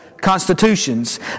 constitutions